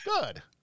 Good